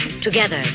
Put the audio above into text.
together